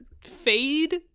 fade